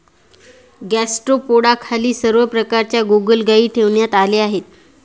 गॅस्ट्रोपोडाखाली सर्व प्रकारच्या गोगलगायी ठेवण्यात आल्या आहेत